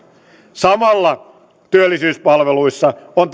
samalla työllistämispalveluissa on